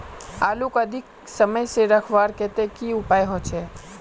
आलूक अधिक समय से रखवार केते की उपाय होचे?